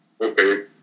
okay